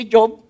Job